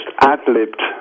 ad-libbed